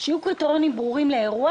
שיהיו קריטריונים ברורים לאירוע,